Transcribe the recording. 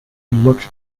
looked